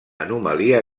anomalia